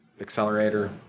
Accelerator